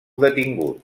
detingut